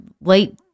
late